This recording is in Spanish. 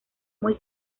muy